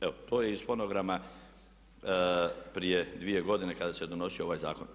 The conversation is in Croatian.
Evo to je iz fonograma prije dvije godine kada se donosio ovaj zakon.